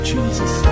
Jesus